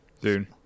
Dude